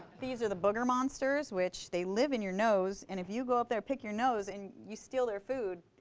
these are the booger monsters, which they live in your nose. and if you go up there, pick your nose, and you steal their food,